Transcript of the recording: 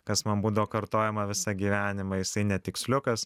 kas man būdavo kartojama visą gyvenimą jisai netiksliukas